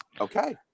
Okay